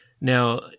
now